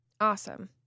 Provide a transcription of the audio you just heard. awesome